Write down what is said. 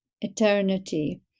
eternity